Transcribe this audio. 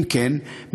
אם כן,